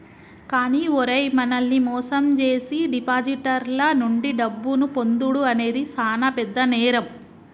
కానీ ఓరై మనల్ని మోసం జేసీ డిపాజిటర్ల నుండి డబ్బును పొందుడు అనేది సాన పెద్ద నేరం